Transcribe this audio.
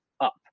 up